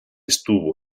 estuvo